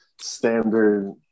standard